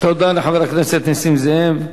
תודה לחבר הכנסת נסים זאב.